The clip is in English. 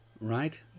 Right